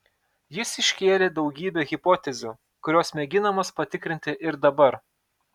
jis iškėlė daugybę hipotezių kurios mėginamos patikrinti ir dabar